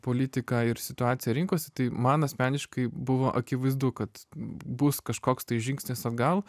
politiką ir situaciją rinkose tai man asmeniškai buvo akivaizdu kad bus kažkoks tai žingsnis atgal